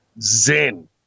zen